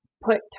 put